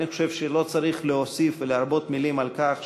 אני חושב שלא צריך להוסיף ולהרבות מילים על כך,